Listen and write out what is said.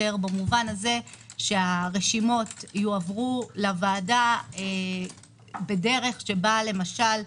במובן זה שהרשימות יועברו לוועדה בדרך שבה למשל,